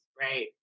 right